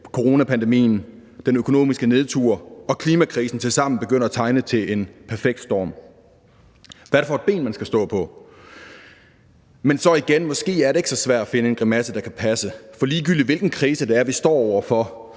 coronapandemien, den økonomiske nedtur og klimakrisen tilsammen begynder at tegne til en perfekt storm. Hvad er det for et ben, man skal stå på? Men måske er det ikke så svært at finde en grimasse, der kan passe, for ligegyldigt hvilken krise vi står over for